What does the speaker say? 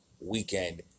weekend